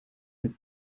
met